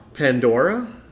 Pandora